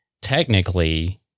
technically